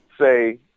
say